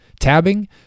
tabbing